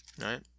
right